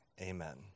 Amen